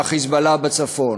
מה"חיזבאללה" בצפון.